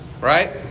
right